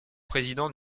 président